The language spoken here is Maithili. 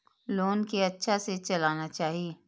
लोन के अच्छा से चलाना चाहि?